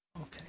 Okay